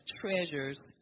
treasures